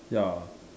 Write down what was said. ya